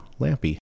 Lampy